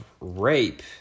rape